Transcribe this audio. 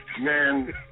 man